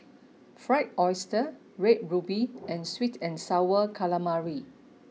Fried Oyster Red Ruby and Sweet and Sour Calamari